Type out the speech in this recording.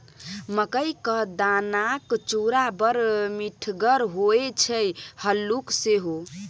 मकई क दानाक चूड़ा बड़ मिठगर होए छै हल्लुक सेहो